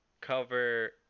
cover